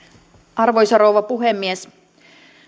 arvoisa rouva puhemies